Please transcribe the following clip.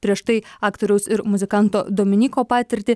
prieš tai aktoriaus ir muzikanto dominyko patirtį